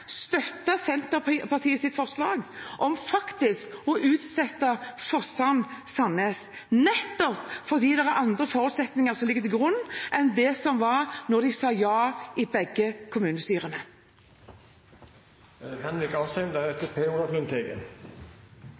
støtte Senterpartiets forslag om faktisk å utsette Forsand–Sandnes-sammenslåingen, nettopp fordi det nå ligger andre forutsetninger til grunn enn da de sa ja i begge kommunestyrene.